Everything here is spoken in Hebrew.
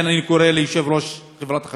לכן אני קורא ליושב-ראש חברת החשמל,